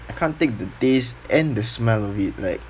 I can't take the taste and the smell of it like